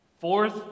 Fourth